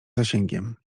zasięgiem